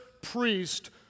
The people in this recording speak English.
priest